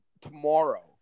tomorrow